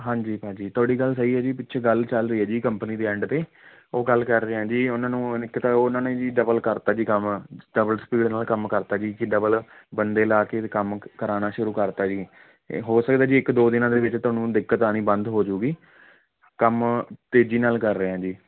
ਹਾਂਜੀ ਭਾਅ ਜੀ ਤੁਹਾਡੀ ਗੱਲ ਸਹੀ ਹੈ ਜੀ ਪਿੱਛੇ ਗੱਲ ਚੱਲ ਰਹੀ ਹੈ ਜੀ ਕੰਪਨੀ ਦੇ ਐਂਡ 'ਤੇ ਉਹ ਗੱਲ ਕਰ ਰਹੇ ਆ ਜੀ ਉਹਨਾਂ ਨੂੰ ਇੱਕ ਤਾਂ ਉਹਨਾਂ ਨੇ ਜੀ ਡਬਲ ਕਰ ਤਾ ਜੀ ਡਬਲ ਸਪੀਡ ਨਾਲ ਕੰਮ ਕਰਤਾ ਜੀ ਕਿ ਡਬਲ ਬੰਦੇ ਲਾ ਕੇ ਅਤੇ ਕੰਮ ਕਰਾਉਣਾ ਸ਼ੁਰੂ ਕਰ ਤਾ ਜੀ ਇਹ ਹੋ ਸਕਦਾ ਜੀ ਇੱਕ ਦੋ ਦਿਨਾਂ ਦੇ ਵਿੱਚ ਤੁਹਾਨੂੰ ਦਿੱਕਤ ਆਉਣੀ ਬੰਦ ਹੋ ਜਾਵੇਗੀ ਕੰਮ ਤੇਜ਼ੀ ਨਾਲ ਕਰ ਰਿਹਾ ਜੀ